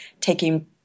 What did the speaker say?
taking